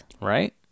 Right